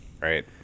Right